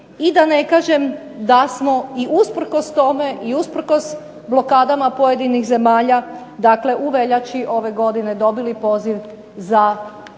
I da ne kažem da smo i usprkos tome i usprkos blokadama pojedinih zemalja, dakle u veljači ove godine dobili poziv za